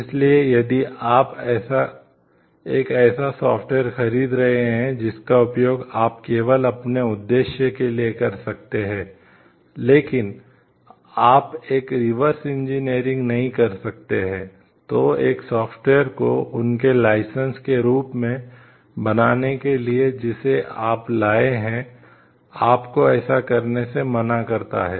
इसलिए यहां तक कि अगर कोई सॉफ्टवेयर के रूप में बनाने के लिए जिसे आप लाए हैं आपको ऐसा करने से मना करता है